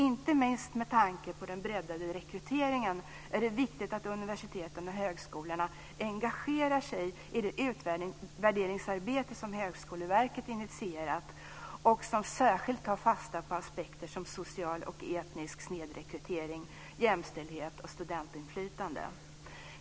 Inte minst med tanke på den breddade rekryteringen är det viktigt att universiteten och högskolorna engagerar sig i det utvärderingsarbete som Högskoleverket initierat och där man särskilt tar fasta på sådana aspekter som social och etnisk snedrekrytering, jämställdhet och studentinflytande.